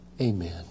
Amen